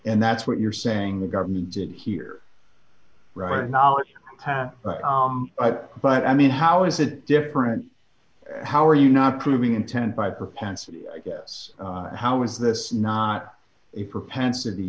and that's what you're saying the government did here right knowledge but i mean how is it different how are you not proving intent by propensity i guess how is this not a propensity